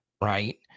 right